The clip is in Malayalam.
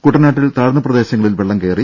കുട്ടനാട്ടിൽ താഴ്ന്ന പ്രദേശങ്ങളിൽ വെള്ളം കയറി